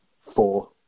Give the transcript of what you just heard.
four